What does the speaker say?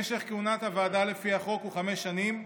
משך כהונת הוועדה לפי החוק הוא חמש שנים,